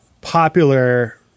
popular